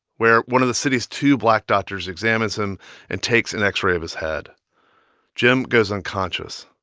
where one of the city's two black doctors examines him and takes an x-ray of his head jim goes unconscious,